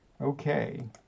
Okay